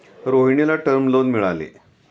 रोहिणीला term loan मिळाले